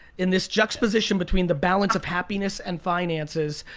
in this juxtaposition between the balance of happiness and finances,